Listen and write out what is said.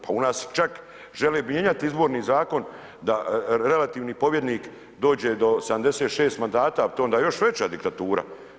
Pa u nas čak žele mijenjati Izborni zakon da relativni pobjednik dođe do 76 mandata, pa to je onda još veća diktatura.